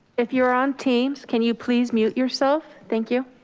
if you're on teams, can you please mute yourself. thank you.